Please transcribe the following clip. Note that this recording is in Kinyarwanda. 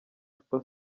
super